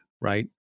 right